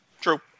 True